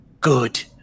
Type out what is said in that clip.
good